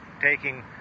taking